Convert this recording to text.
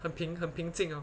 很平很平静 lor